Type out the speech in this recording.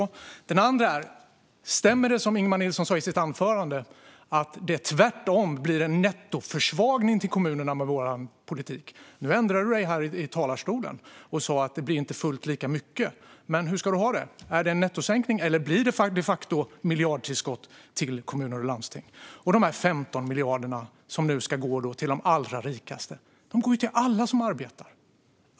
Ytterligare en fråga är: Stämmer det som Ingemar Nilsson sa i sitt anförande - att det tvärtom blir en nettoförsvagning till kommunerna med vår politik? Nu ändrade du dig i talarstolen och sa att det inte blir fullt lika mycket. Hur ska du ha det? Är det en nettosänkning, eller blir det de facto ett miljardtillskott till kommuner och landsting? Dessa 15 miljarder som ni nu säger ska gå till de allra rikaste går ju till alla som arbetar!